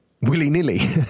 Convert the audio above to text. willy-nilly